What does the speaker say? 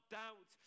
doubt